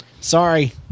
sorry